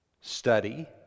study